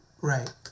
Right